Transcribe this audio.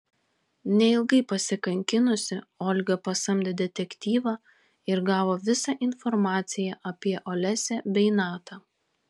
neilgai pasikankinusi olga pasamdė detektyvą ir gavo visą informaciją apie olesią bei natą